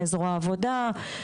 זרוע העבודה,